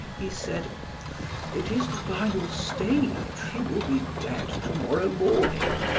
he said it is the final stage. he will be dead to-morrow morning.